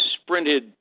sprinted